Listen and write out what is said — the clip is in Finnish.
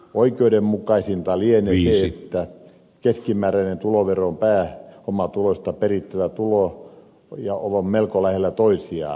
oikeudenmukaisinta lienee se että keskimääräinen tulovero ja pääomatulosta perittävä vero ovat melko lähellä toisiaan